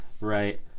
Right